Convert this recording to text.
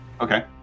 Okay